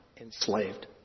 enslaved